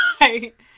Right